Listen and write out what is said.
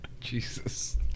Jesus